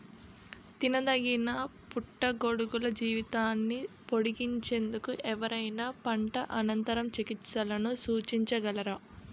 తినదగిన పుట్టగొడుగుల జీవితాన్ని పొడిగించేందుకు ఎవరైనా పంట అనంతర చికిత్సలను సూచించగలరా?